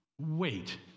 Wait